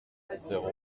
zéro